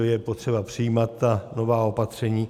Je potřeba přijímat ta nová opatření.